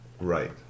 right